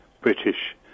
British